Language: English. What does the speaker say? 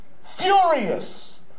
furious